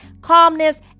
calmness